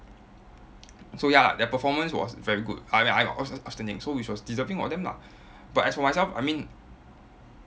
so ya their performance was very good uh uh which was outstanding so which was deserving for them lah but as for myself I mean